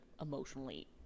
emotionally